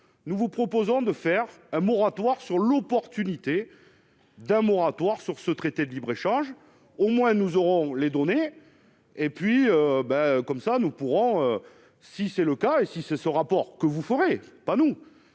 nous vous proposons de faire un moratoire sur l'opportunité d'un moratoire sur ce traité de libre-échange au moins nous aurons les données et puis bah, comme ça nous pourrons si c'est le cas et si ce ce rapport que vous pourrez pas nous